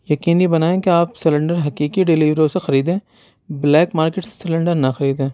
یقینی بنائیں کہ آپ سیلنڈر حقیقی ڈیلوروں سے خریدیں بلیک مارکیٹ سے سیلنڈر نہ خریدیں